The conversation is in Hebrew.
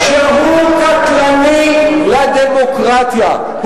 שהוא קטלני לדמוקרטיה.